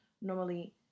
normally